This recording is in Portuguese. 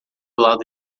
lado